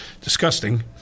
disgusting